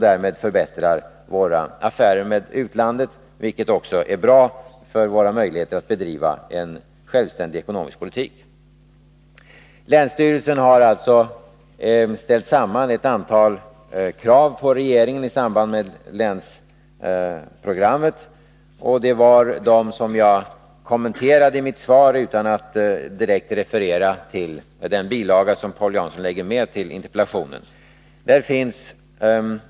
Därmed förbättras våra affärer med utlandet, vilket är bra också för våra möjligheter att bedriva en självständig ekonomisk politik. Länsstyrelsen i Skaraborgs län har i samband med länsprogrammet ställt samman ett antal krav på regeringen. Det var de kraven som jag kommenterade i mitt svar utan att direkt referera till den bilaga som Paul Jansson fogat till interpellationen.